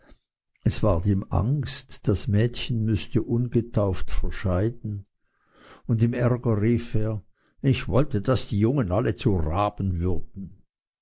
es ward ihm angst das mädchen müßte ungetauft verscheiden und im ärger rief er ich wollte daß die jungen alle zu raben würden